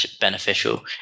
beneficial